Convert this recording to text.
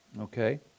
Okay